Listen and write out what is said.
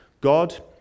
God